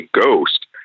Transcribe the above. ghost